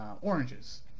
oranges